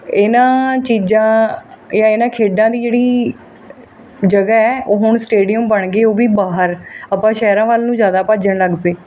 ਇਹਨਾਂ ਚੀਜ਼ਾਂ ਜਾਂ ਇਹਨਾਂ ਖੇਡਾਂ ਦੀ ਜਿਹੜੀ ਜਗ੍ਹਾ ਹੈ ਉਹ ਹੁਣ ਸਟੇਡੀਅਮ ਬਣ ਗਏ ਉਹ ਵੀ ਬਾਹਰ ਆਪਾਂ ਸ਼ਹਿਰਾਂ ਵੱਲ ਨੂੰ ਜ਼ਿਆਦਾ ਭੱਜਣ ਲੱਗ ਪਏ